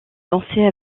danser